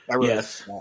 Yes